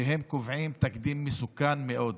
הם קובעים תקדים מסוכן מאוד.